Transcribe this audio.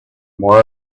more